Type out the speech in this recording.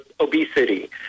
obesity